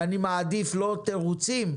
ואני מעדיף לא תירוצים,